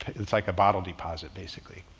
it's like a bottle deposit basically.